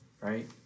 Right